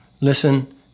listen